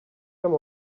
come